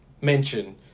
mention